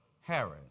Harris